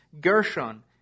Gershon